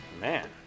Man